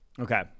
Okay